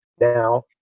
Now